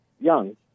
young